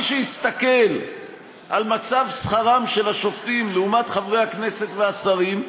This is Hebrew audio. מי שיסתכל על מצב שכרם של השופטים לעומת חברי הכנסת והשרים,